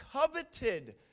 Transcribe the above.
coveted